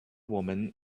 woman